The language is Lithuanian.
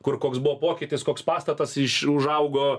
kur koks buvo pokytis koks pastatas iš užaugo